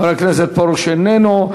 חבר הכנסת פרוש איננו.